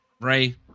Ray